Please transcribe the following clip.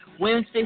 Wednesday